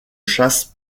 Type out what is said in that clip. chasse